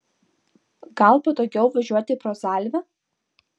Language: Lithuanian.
gal patogiau važiuoti pro zalvę